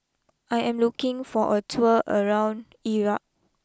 I am looking for a tour around Iraq